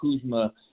Kuzma